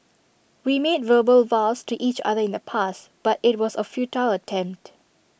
we made verbal vows to each other in the past but IT was A futile attempt